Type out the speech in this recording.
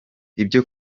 ibyo